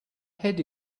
head